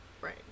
Right